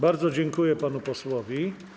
Bardzo dziękuję panu posłowi.